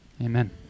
Amen